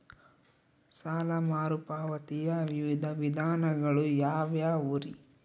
ಸಾಲ ಮರುಪಾವತಿಯ ವಿವಿಧ ವಿಧಾನಗಳು ಯಾವ್ಯಾವುರಿ?